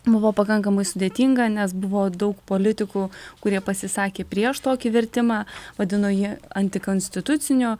buvo pakankamai sudėtinga nes buvo daug politikų kurie pasisakė prieš tokį vertimą vadino jį antikonstituciniu